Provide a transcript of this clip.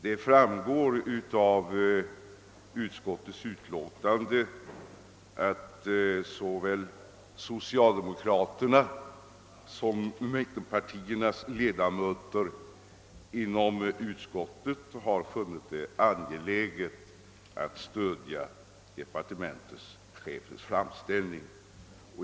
Det framgår av utskottets utlåtande att såväl socialdemokraterna som mittenpartiernas ledamöter i utskottet har funnit det angeläget att stödja departementschefens framställning.